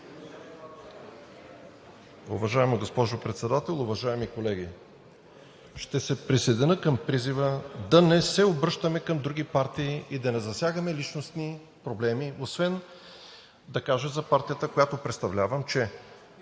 Уважаема госпожо Председател, уважаеми колеги! Ще се присъединя към призива да не се обръщаме към други партии и да не засягаме личностни проблеми. Освен да кажа за партията, която представлявам, че